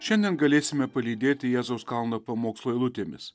šiandien galėsime palydėti jėzaus kalno pamokslo eilutėmis